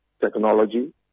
technology